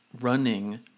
running